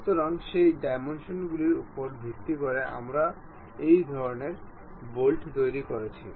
সুতরাং সেই ডাইমেনশন গুলির উপর ভিত্তি করে আমরা এই ধরনের বোল্ট তৈরি করছি